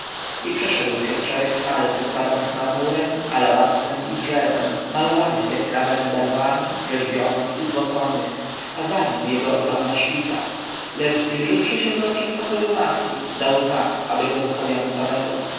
i przeszedł przez szereg sal wykładanych marmurem alabastrem i drzewem malowanych jaskrawemi farbami rzeźbionych i złoconych a za nim jego ogromna świta lecz zbliżywszy się do przedpokoju matki dał znak aby go zostawiono samego